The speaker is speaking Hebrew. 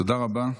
תודה רבה.